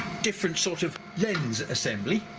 different sort of lens assembly.